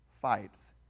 fights